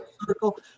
circle